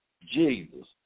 Jesus